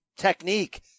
technique